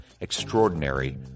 Extraordinary